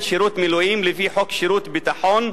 שירות מילואים לפי חוק שירות ביטחון,